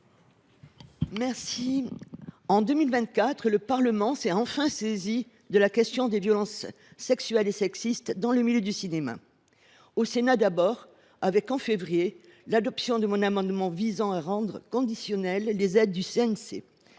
Marco. En 2024, le Parlement s’est enfin saisi de la question des violences sexuelles et sexistes dans le milieu du cinéma : au Sénat, d’abord, avec l’adoption, en février dernier, de mon amendement visant à conditionner les aides du CNC